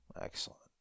Excellent